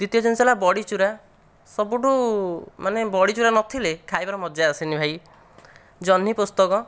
ଦ୍ଵିତୀୟ ଜିନିଷ ହେଲା ବଡ଼ି ଚୁରା ସବୁଠୁ ମାନେ ବଡ଼ି ଚୁରା ନଥିଲେ ଖାଇବାର ମଜା ଆସେନି ଭାଇ ଜହ୍ନି ପୋସ୍ତକ